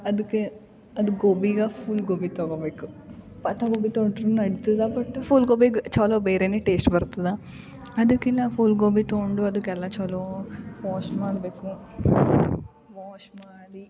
ಅದ್ಕೆ ಅದು ಗೋಬಿಗಾ ಫುಲ್ ಗೋಬಿ ತಗೋಬೇಕು ಅಥವಾ ನಡಿತದ ಬಟ್ ಫುಲ್ ಗೋಬ್ಬಾಗ ಚೊಲೋ ಬೇರೆನೆ ಟೇಸ್ಟ್ ಬರ್ತದ ಅದಕಿನ್ನ ಫುಲ್ ಗೋಬಿ ತೊಗೊಂಡು ಅದಕ್ಕೆ ಎಲ್ಲ ಚೊಲೋ ವಾಷ್ ಮಾಡಬೇಕು ವಾಷ್ ಮಾಡಿ